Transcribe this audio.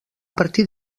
partir